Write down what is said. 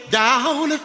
down